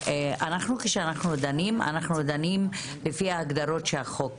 כשאנחנו דנים אנחנו דנים לפי ההגדרות שהחוק קבע.